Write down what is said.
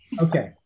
Okay